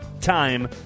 time